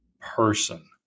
person